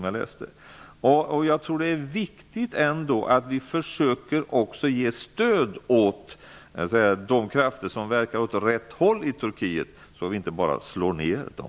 Jag tror att det är viktigt att vi försöker ge stöd åt de krafter som verkar åt rätt håll i Turkiet, så att vi inte bara slår ner dem.